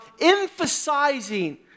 emphasizing